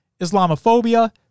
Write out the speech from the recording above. Islamophobia